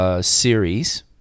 series